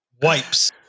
wipes